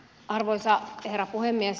arvoisa herra puhemies